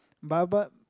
but but